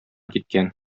киткән